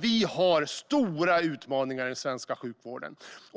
Vi har stora utmaningar i den svenska sjukvården.